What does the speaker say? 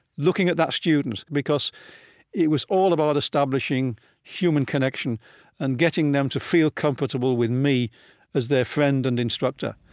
looking at that student. because it was all about establishing human connection and getting them to feel comfortable with me as their friend and instructor